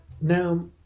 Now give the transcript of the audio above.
Now